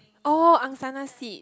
oh Angsana seed